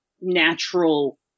natural